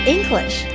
English